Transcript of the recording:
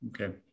okay